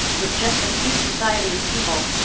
with just a few societies people,